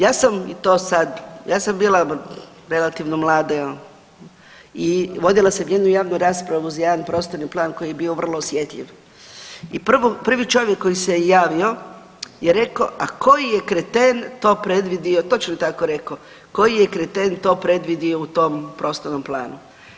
Ja sam to sada, ja sam bila relativno mlada i vodila sam jednu javnu raspravu uz jedan prostorni plan koji je bio vrlo osjetljiv i prvi čovjek koji se javio je rekao a koji je kreten to predvidio, točno je tako rekao koji je kreten to predvidio u tom prostornom planu.